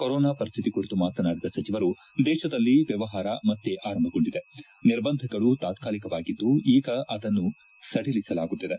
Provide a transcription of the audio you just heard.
corona ಪರಿಶ್ಥಿತಿ ಕುರಿತು ಮಾತನಾಡಿದ ಸಚಿವರು ದೇಶದಲ್ಲಿ ವ್ಯವಹಾರ ಮತ್ತೆ ಆರಂಭಗೊಂಡಿವೆ ನಿರ್ಬಂಧಗಳು ತಾತ್ಕಾಲಿಕವಾಗಿದ್ದು ಈಗ ಅದನ್ನು ಸಡಿಲಿಸಲಾಗುತ್ತಿದೆ